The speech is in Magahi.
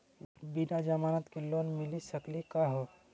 बिना जमानत के लोन मिली सकली का हो?